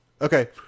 okay